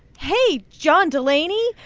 hey, john delaney,